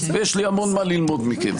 ויש לי המון מה ללמוד מכם,